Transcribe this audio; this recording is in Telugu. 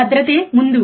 భధ్రతే ముందు